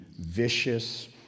vicious